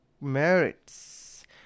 merits